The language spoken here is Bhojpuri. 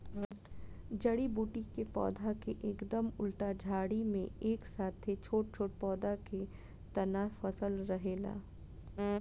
जड़ी बूटी के पौधा के एकदम उल्टा झाड़ी में एक साथे छोट छोट पौधा के तना फसल रहेला